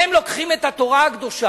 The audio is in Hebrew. הם לוקחים את התורה הקדושה,